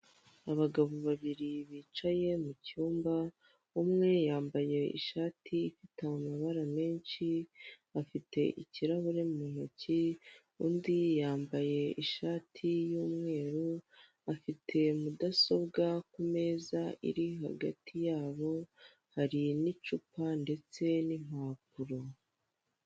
Abagabo babiri bicaye mucyumba, umwe yambaye ishati ifite amabara menshi ,afite ikirahure mu ntoki undi yambaye ishati y'umweru afite mudasobwa kumeza iri hagati yabo hari n'icupa ndetse n'impapuro.